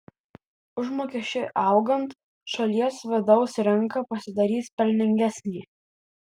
užmokesčiui augant šalies vidaus rinka pasidarys pelningesnė